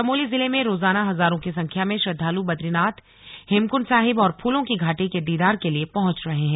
चमोली जिले में रोजाना हजारों की संख्या में श्रद्वालु बद्रीनाथ हेमकुंड साहिब और फूलों की घाटी के दीदार के लिए पहुंच रहे हैं